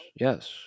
yes